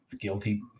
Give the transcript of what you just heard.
guilty